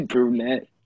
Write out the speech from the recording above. Brunette